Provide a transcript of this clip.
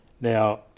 Now